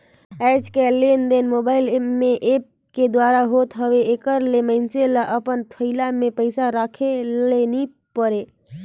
आएज काएललेनदेन मोबाईल में ऐप के दुवारा होत हवे एकर ले मइनसे ल अपन थोइला में पइसा राखे ले नी परे